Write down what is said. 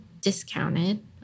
discounted